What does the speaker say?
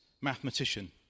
mathematician